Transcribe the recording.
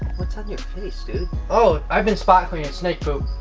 what's on your face dude? oh, i've been spot cleaning snake poop.